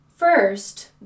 First